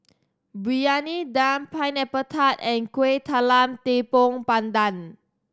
Briyani Dum Pineapple Tart and Kuih Talam Tepong Pandan